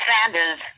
Sanders